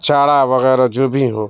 چارہ وغیرہ جو بھی ہو